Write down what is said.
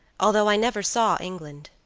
although i never saw england.